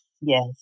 Yes